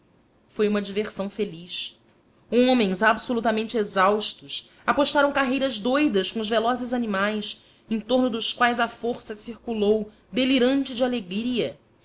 foi uma diversão feliz homens absolutamente exaustos apostaram carreiras doudas com os velozes animais em torno dos quais a força circulou delirante de alegria